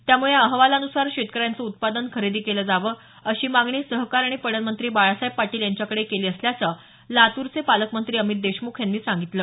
त्यामुळे या अहवालानुसार शेतकऱ्याचं उत्पादन खरेदी केलं जावं अशी मागणी सहकार आणि पणन मंत्री बाळासाहेब पाटील यांच्याकडे केली असल्याचं लातूरचे पालकमंत्री अमित देशमुख यांनी सांगितलं